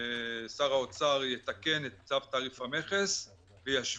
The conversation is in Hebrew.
תעריף המכס והפטורים ומס קנייה על טובין (תיקון מס' 4),